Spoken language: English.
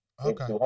Okay